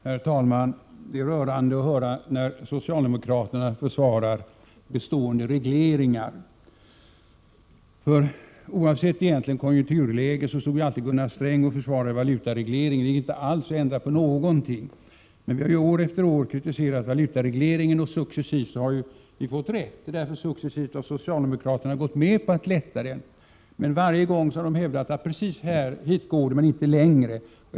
Herr talman! Det är rörande att höra när socialdemokraterna försvarar bestående regleringar; oavsett konjunkturläget försvarade alltid Gunnar Sträng valutaregleringar och ville inte alls ändra någonting. År efter år har vi kritiserat valutaregleringen, och successivt har vi också fått rätt. Successivt har socialdemokraterna nämligen gått med på att lätta på den. Varje gång har de emellertid hävdat att precis hit går det, men inte längre.